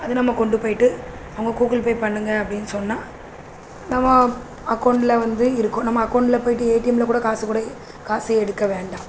அது நம்ம கொண்டு போயிட்டு அவங்க கூகுள் பே பண்ணுங்க அப்படின் சொன்னால் நம்ம அக் அக்கவுண்டில் வந்து இருக்கும் நம்ம அக்கவுண்டில் போயிட்டு ஏடிஎம்மில் கூட காசை கூட காசை எடுக்க வேண்டாம்